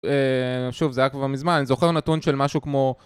שוב, זה היה כבר מזמן, אני זוכר נתון של משהו כמו ...